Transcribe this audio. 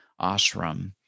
ashram